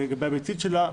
לגבי הביצית שלה,